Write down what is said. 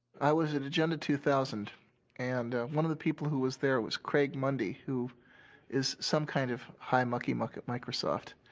i was at agenda two thousand and ah, one of the people who was there was craig mundie, who is some kind of high mucky muck at microsoft,